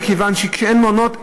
מכיוון שכשאין מעונות,